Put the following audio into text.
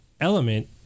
element